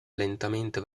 lentamente